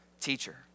teacher